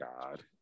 God